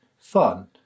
fun